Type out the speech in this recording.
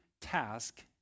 task